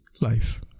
life